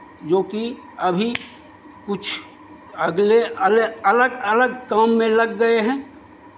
जोकि अभी कुछ अगले अलग अलग काम में लग गए हैं